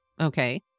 Okay